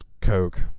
coke